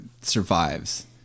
survives